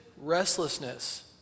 restlessness